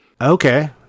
Okay